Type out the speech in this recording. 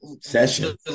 session